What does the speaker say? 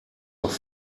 noch